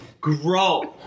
grow